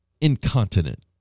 incontinent